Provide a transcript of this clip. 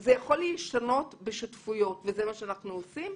זה יכול להישנות בשותפויות וזה מה שאנחנו עושים.